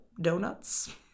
donuts